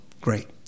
Great